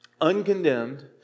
uncondemned